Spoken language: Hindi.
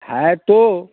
है तो